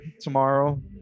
tomorrow